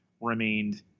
remained